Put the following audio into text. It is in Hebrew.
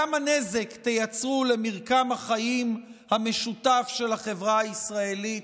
כמה נזק תייצרו למרקם החיים המשותף של החברה הישראלית?